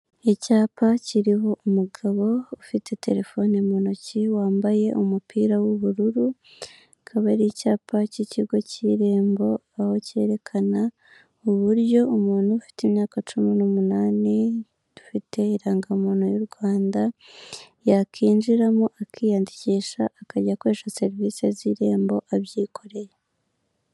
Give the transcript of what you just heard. Icyapa kiriho umugabo ufite telefone mu ntoki wambaye umupira w'ubururu, akaba ari icyapa k'ikigo kirembo aho kerekana uburyo umuntu ufite imyaka cumi n'umunani udafite irangamuntu y'u Rwanda yakinjiramo akiyandikisha akajya akoresha serivise z'irembo abyikoreye.